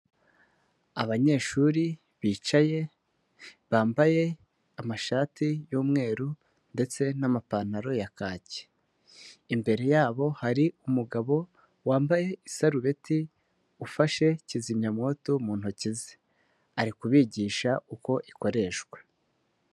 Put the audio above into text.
Abanyeshuri bicaye bambaye amashati y'umweru ndetse n'amapantaro ya kaki, imbere yabo hari umugabo wambaye isarubeti ufashe kizimyamwoto mu ntoki ze ari kubigisha uko ikoreshwa.